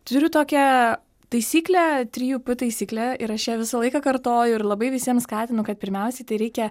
turiu tokią taisyklę trijų taisyklė ir aš ją visą laiką kartoju ir labai visiems skatinu kad pirmiausiai tai reikia